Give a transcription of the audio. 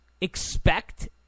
expect